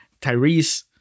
Tyrese